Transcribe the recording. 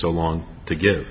so long to get